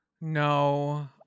No